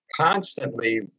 constantly